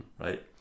Right